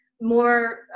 more